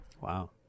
Wow